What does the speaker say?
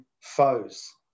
foes